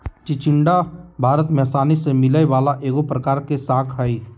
चिचिण्डा भारत में आसानी से मिलय वला एगो प्रकार के शाक हइ